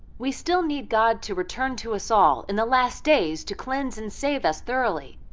we still need god to return to us all in the last days to cleanse and save us thoroughly.